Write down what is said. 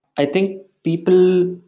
i think people,